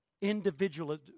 Individual